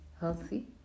healthy